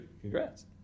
congrats